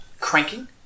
cranking